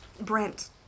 Brent